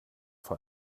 vor